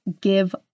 give